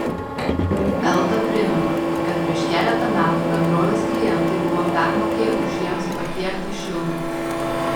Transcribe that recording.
elta primena kad prieš keletą metų bendrovės klientai buvo permokėję už jiems patiektą šilumą